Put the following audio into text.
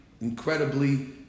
incredibly